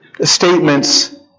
statements